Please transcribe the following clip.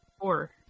four